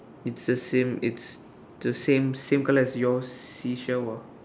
it's the same it's the same same colour as your seashell ah